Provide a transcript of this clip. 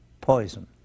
poison